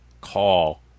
call